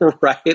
right